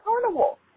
Carnival